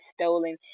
stolen